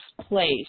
place